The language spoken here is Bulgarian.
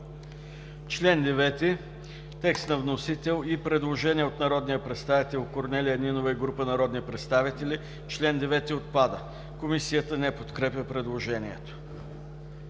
Член 15 – текст на вносител и предложение от народния представител Корнелия Нинова и група народни представители: „В чл. 15 ал. 4 отпада.”. Комисията не подкрепя предложението.